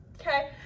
Okay